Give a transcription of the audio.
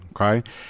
Okay